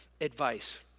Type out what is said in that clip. advice